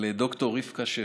ד"ר רבקה שפר,